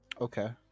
okay